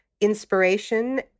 inspiration